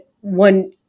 one